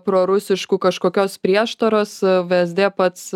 prorusišku kažkokios prieštaros vsd pats